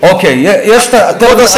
כבוד השר,